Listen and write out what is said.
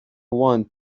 want